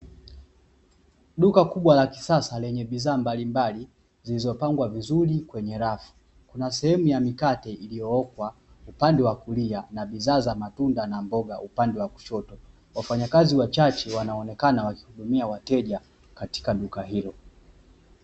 Duka kubwa la kisasa lenye bidhaa mbalimbali zilizopangwa kwenye rafu, kuna sehemu ya mikate iliyookwa upande wa kuli na bidhaa za matunda upande wa kushoto; wafanyakazi wachache wanaonekana wakihudumia wateja katika duka hilo.